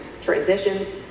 transitions